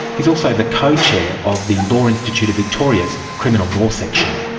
he's also the co-chair of the law institute of victoria's criminal law section.